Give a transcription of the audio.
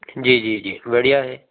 जी जी जी बढ़िया है